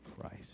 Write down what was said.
Christ